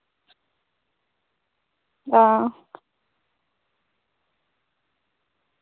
हां